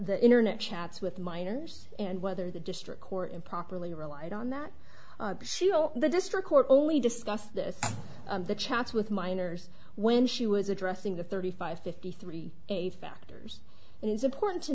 the internet chats with minors and whether the district court improperly relied on that the district court only discussed this the chats with minors when she was addressing the thirty five fifty three age factors and it's important to